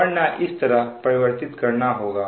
वरना इस तरह परिवर्तित करना होगा